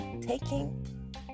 taking